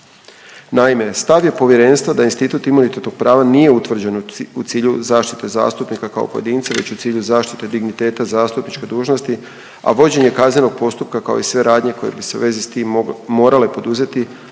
Naime, stav je Povjerenstva da institut imunitetnog prava nije utvrđen u cilju zaštite zastupnika kao pojedinca već u cilju zaštite digniteta zastupničke dužnosti, a vođenje kaznenog postupka kao i sve radnje koje bi se u vezi s tim morale poduzeti,